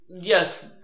yes